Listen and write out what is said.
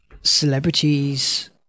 celebrities